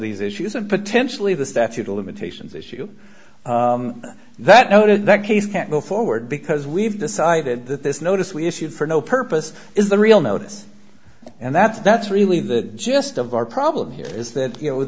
these issues and potentially the statute of limitations issue that noted that case can't go forward because we've decided that this notice we issued for no purpose is the real notice and that's that's really the just of our problem here is that you know